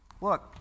Look